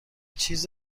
چیز